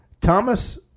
Thomas